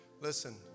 listen